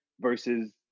versus